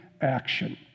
action